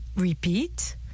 Repeat. »«